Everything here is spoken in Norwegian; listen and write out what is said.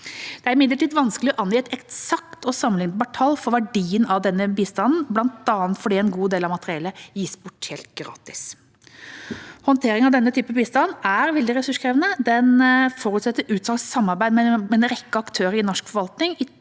Det er imidlertid vanskelig å angi et eksakt og sammenlignbart tall for verdien av denne bistanden, bl.a. fordi en god del av materiellet gis bort helt gratis. Håndtering av denne typen bistand er veldig ressurskrevende. Den forutsetter utstrakt samarbeid mellom en rekke aktører i norsk forvaltning,